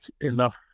enough